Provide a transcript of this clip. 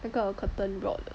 那个 curtain rod 的